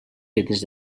fetes